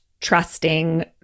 trusting